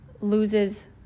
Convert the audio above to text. loses